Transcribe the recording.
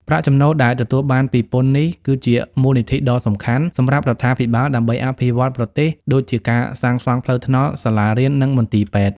ប្រាក់ចំណូលដែលទទួលបានពីពន្ធនេះ គឺជាមូលនិធិដ៏សំខាន់សម្រាប់រដ្ឋាភិបាលដើម្បីអភិវឌ្ឍប្រទេស ដូចជាការសាងសង់ផ្លូវថ្នល់ សាលារៀន និងមន្ទីរពេទ្យ។